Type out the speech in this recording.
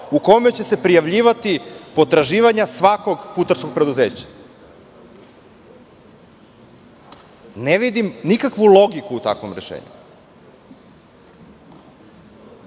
u kome će se prijavljivati potraživanja svakog putarskog preduzeća? Ne vidim nikakvu logiku u takvom rešenju.